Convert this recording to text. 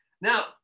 Now